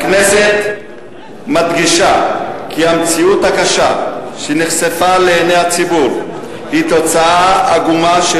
הכנסת מדגישה כי המציאות הקשה שנחשפה לעיני הציבור היא תוצאה עגומה של